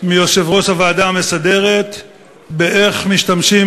אצל יושב-ראש הוועדה המסדרת איך משתמשים